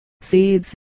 seeds